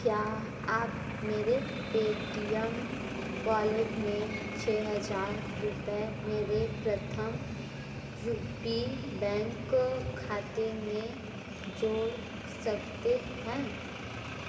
क्या आप मेरे पेटीएम वॉलेट में छः हजार रुपये मेरे प्रथम यू पी बैंक खाते में जोड़ सकते हैं